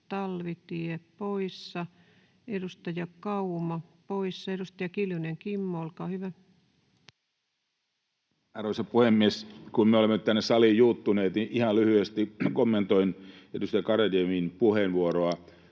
Talvitie poissa, edustaja Kauma poissa. — Edustaja Kiljunen, Kimmo, olkaa hyvä. Arvoisa puhemies! Kun me olemme tänne saliin juuttuneet, niin ihan lyhyesti kommentoin edustaja Garedewin puheenvuoroa,